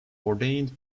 ordained